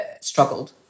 struggled